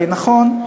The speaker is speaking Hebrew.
נכון?